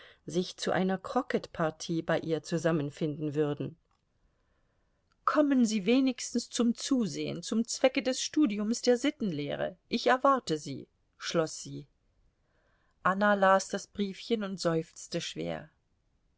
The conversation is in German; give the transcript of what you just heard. sich zu einer krocketpartie bei ihr zusammenfinden würden kommen sie wenigstens zum zusehen zum zwecke des studiums der sittenlehre ich erwarte sie schloß sie anna las das briefchen und seufzte schwer